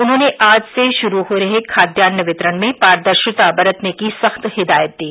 उन्होंने आज से शुरू हो रहे खाद्यान्न वितरण में पारदर्शिता बरतने की सख्त हिदायत दी